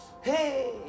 Hey